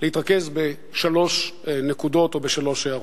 להתרכז בשלוש נקודות או בשלוש הערות.